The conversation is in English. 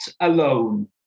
alone